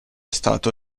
stato